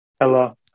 Hello